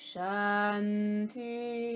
Shanti